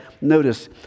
Notice